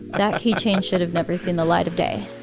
that keychain should have never seen the light of day